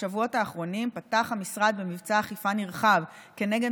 בשבועות האחרונים פתח המשרד במבצע אכיפה נרחב נגד